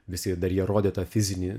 visi dar jie rodė tą fizinį